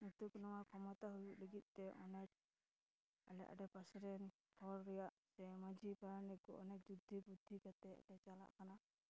ᱱᱤᱛᱳᱜ ᱱᱚᱣᱟ ᱠᱷᱚᱢᱚᱛᱟ ᱦᱩᱭᱩᱜ ᱞᱟᱹᱜᱤᱫ ᱛᱮ ᱚᱱᱟ ᱟᱞᱮ ᱟᱰᱮᱯᱟᱥᱮ ᱨᱮᱱ ᱦᱚᱲ ᱨᱮᱭᱟᱜ ᱥᱮ ᱢᱟᱺᱡᱷᱤ ᱯᱟᱨᱟᱱᱤᱠ ᱚᱱᱮᱠ ᱡᱩᱠᱛᱤ ᱵᱩᱫᱽᱫᱷᱤ ᱠᱟᱛᱮᱫ ᱞᱮ ᱪᱟᱞᱟᱜ ᱠᱟᱱᱟ